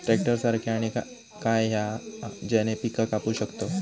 Tractor सारखा आणि काय हा ज्याने पीका कापू शकताव?